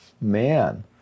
man